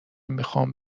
میخوام